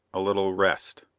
a little. rest,